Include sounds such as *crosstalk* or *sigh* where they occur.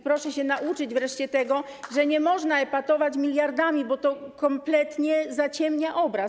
Proszę się nauczyć *applause* wreszcie tego, że nie można epatować miliardami, bo to kompletnie zaciemnia obraz.